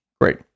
great